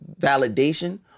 validation